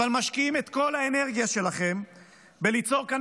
אבל משקיעים את כל האנרגיה שלכם בליצור כאן